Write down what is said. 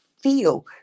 feel